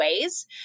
ways